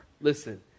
Listen